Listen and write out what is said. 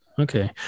Okay